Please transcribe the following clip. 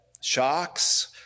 shocks